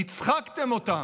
הצחקתם אותם.